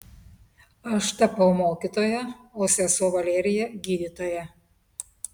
aš tapau mokytoja o sesuo valerija gydytoja